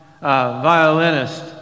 violinist